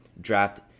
draft